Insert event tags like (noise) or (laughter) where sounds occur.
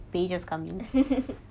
(laughs)